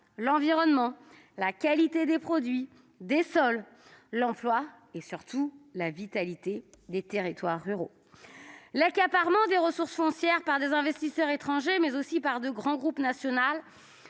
l'environnement, la qualité des produits et des sols, l'emploi et, surtout, la vitalité des territoires ruraux. L'accaparement des ressources foncières, par des investisseurs étrangers, mais aussi par de grands groupes nationaux,